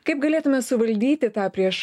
kaip galėtumėme suvaldyti tą prieš